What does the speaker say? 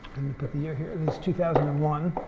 put the year here, and it's two thousand and one